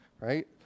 right